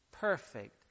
perfect